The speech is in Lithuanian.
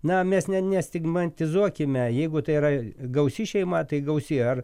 na mes ne ne stigmatizuokime jeigu tai yra gausi šeima tai gausi ar